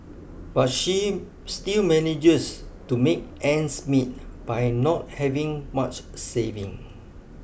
but she still manages to make ends meet by not having much saving